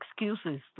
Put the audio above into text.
excuses